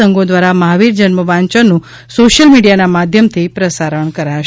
સંઘો ધ્વારા મહાવીર જન્મ વાંચનનું સોશ્યલ મીડીયાના માધ્યમથી પ્રસારણ કરાશે